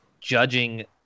judging